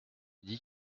dit